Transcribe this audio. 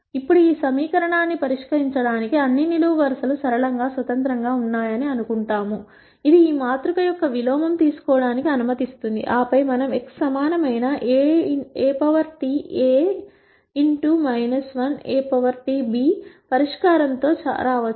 ఇప్పుడు ఈ సమీకరణాన్ని పరిష్కరించడానికి అన్ని నిలువు వరుసలు సరళంగా స్వతంత్రంగా ఉన్నాయని అనుకుంటాము ఇది ఈ మాతృక యొక్క విలోమం తీసుకోవడానికి అనుమతిస్తుంది ఆపై మనం x సమానమైన Aᵀ A 1 Aᵀ b పరిష్కారం తో రా వచ్చు